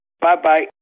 Bye-bye